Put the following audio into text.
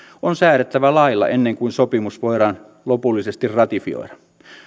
on säädettävä lailla ennen kuin sopimus voidaan lopullisesti ratifioida